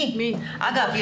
אגב,